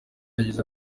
yagize